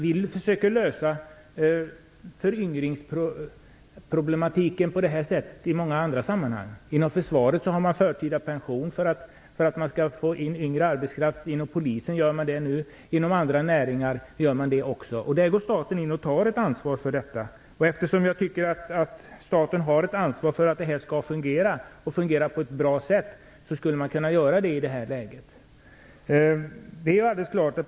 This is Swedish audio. Vi försöker lösa föryngringsproblematiken på ett sådant sätt i många andra sammanhanget. Inom försvaret har man förtida pension för att man skall få in yngre arbetskraft. Det genomför man också inom polisen och inom andra näringar. Där går staten in och tar ett ansvar för detta. Eftersom staten har ett ansvar för att kvotsystemet skall fungera, och fungera på ett bra sätt, tycker jag att man skulle kunna införa det i det här läget.